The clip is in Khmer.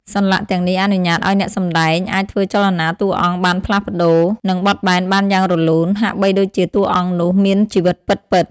សន្លាក់ទាំងនេះអនុញ្ញាតឲ្យអ្នកសម្ដែងអាចធ្វើចលនាតួអង្គបានផ្លាស់ប្ដូរ និងបត់បែនបានយ៉ាងរលូន ហាក់បីដូចជាតួអង្គនោះមានជីវិតពិតៗ។